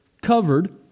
covered